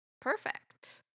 perfect